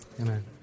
Amen